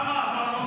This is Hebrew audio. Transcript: למה?